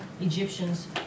Egyptians